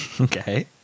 Okay